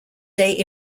day